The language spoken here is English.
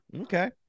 Okay